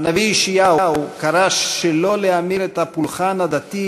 הנביא ישעיהו קרא שלא להמיר בפולחן הדתי